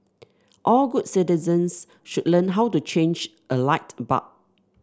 all good citizens should learn how to change a light bulb